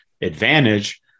advantage